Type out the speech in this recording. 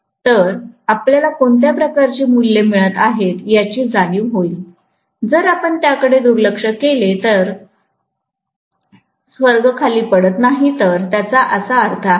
तर आपल्याला कोणत्या प्रकारची मूल्ये मिळत आहेतयाची जाणीव होईल जरआपण त्या कडे दुर्लक्ष केले तर स्वर्ग खाली पडत नाहीतर त्याचा असा अर्थ आहे